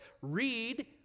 read